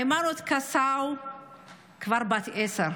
היימנוט קסאו כבר בת עשר,